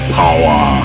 power